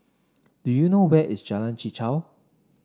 do you know where is Jalan Chichau